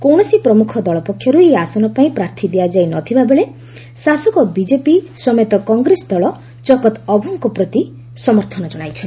କୌଣସି ପ୍ରମୁଖ ଦଳ ପକ୍ଷରୁ ଏହି ଆସନ ପାଇଁ ପ୍ରାର୍ଥୀ ଦିଆଯାଇ ନ ଥିବାବେଳେ ଶାସକ ବିଜେପି ସମେତ କଂଗ୍ରେସ ଦଳ ଚକତ୍ ଅଭୋଙ୍କ ପ୍ରତି ସମର୍ଥନ ଜଣାଇଛନ୍ତି